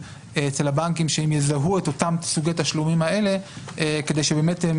בבנקים שהם יזהו את אותם סוגי תשלומים האלה כדי שהם